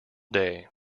day